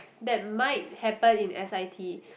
that might happen in s_i_t